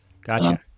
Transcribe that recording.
gotcha